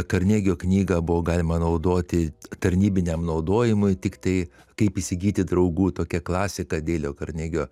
karnegio knygą buvo galima naudoti tarnybiniam naudojimui tiktai kaip įsigyti draugų tokią klasiką dėlio karnegio